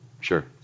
Sure